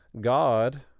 God